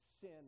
sin